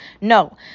No